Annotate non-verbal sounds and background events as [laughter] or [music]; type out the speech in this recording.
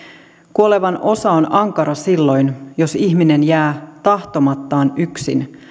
kuolevan osa on ankara silloin [unintelligible] jos ihminen jää tahtomattaan yksin